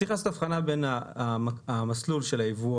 צריך לעשות הבחנה בין המסלול של היבוא